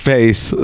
Face